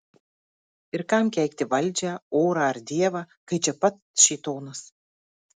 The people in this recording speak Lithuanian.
ir kam keikti valdžią orą ar dievą kai čia pat šėtonas